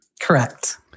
Correct